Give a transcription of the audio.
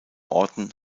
orten